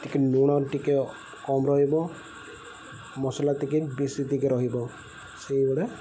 ଟିକିଏ ଲୁଣ ଟିକିଏ କମ୍ ରହିବ ମସଲା ଟିକିଏ ବେଶୀ ଟିକିଏ ରହିବ ସେହିଭଳିଆ